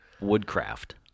Woodcraft